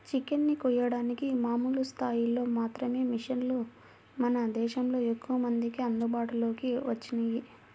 chicken ని కోయడానికి మామూలు స్థాయిలో మాత్రమే మిషన్లు మన దేశంలో ఎక్కువమందికి అందుబాటులోకి వచ్చినియ్యి